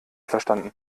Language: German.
verstanden